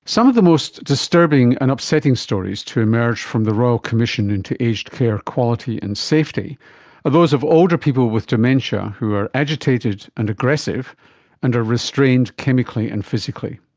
some of the most disturbing and upsetting stories to emerge from the royal commission into aged care quality and safety are those of older people with dementia who are agitated and aggressive and are restrained chemically and physically.